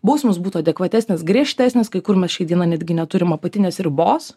bausmės būtų adekvatesnės griežtesnės kai kur mes šiai dienai netgi neturim apatinės ribos